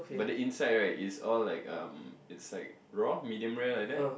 but the inside right is all like um it's like raw medium rare like that